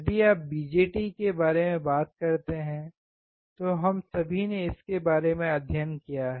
यदि आप BJT के बारे में बात करते हैं तो हम सभी ने इसके बारे में अध्ययन किया है